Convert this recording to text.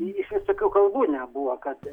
i iš visokių kalbų nebuvo kad